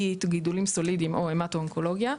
בטיפולים סולידיים בהמטואונקולוגיה,